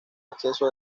exceso